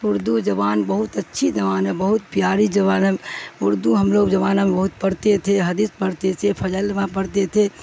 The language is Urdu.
اردو زبان بہت اچھی زبان ہے بہت پیاری زبان ہے اردو ہم لوگ زبانہ میں بہت پڑھتے تھے حدث پڑھتے تھے فجل وہ پڑھتے تھے